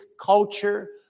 culture